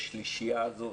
בשלישייה הזאת